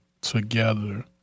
together